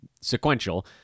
sequential